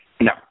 No